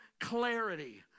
clarity